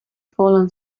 fallen